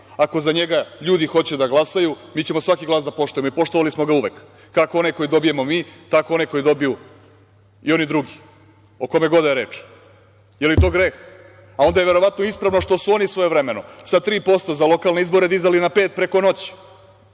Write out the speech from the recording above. ako za njega ljudi hoće da glasaju. Mi ćemo svaki glas da poštujemo i poštovali smo ga uvek, kako onaj koji dobijemo mi, tako i onaj koji dobiju i oni drugi, o kome god da je reč. Je li to greh? A onda je verovatno ispravno što su oni svojevremeno sa 3% za lokalne izbore dizali na 5% preko noći,